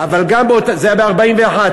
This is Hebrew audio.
זה היה ב-1941.